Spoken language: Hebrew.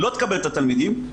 לא תקבל את התלמידים.